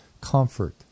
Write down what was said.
comfort